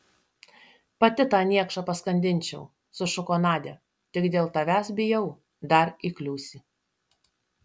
pati tą niekšą paskandinčiau sušuko nadia tik dėl tavęs bijau dar įkliūsi